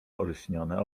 olśnione